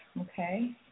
okay